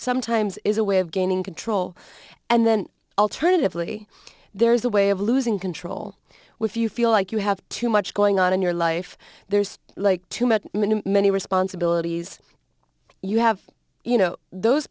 sometimes is a way of gaining control and then alternatively there's a way of losing control with you feel like you have too much going on in your life there's like to met many responsibilities you have you know those